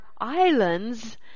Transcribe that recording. islands